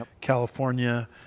California